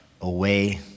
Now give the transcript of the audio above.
away